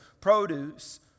produce